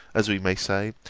as we may say,